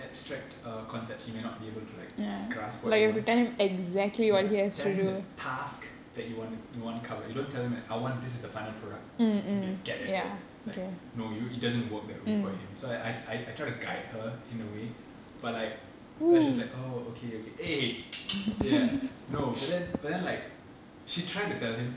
abstract uh concepts he may not be able to like grasp what you want ya tell him the task that you wanna you wanna cover you don't tell him like I want this is the final product be like get a dirt like no you it doesn't work that way for him so I I tried to guide her in a way but like but she was like oh okay okay eh ya no but then but then like she tried to tell him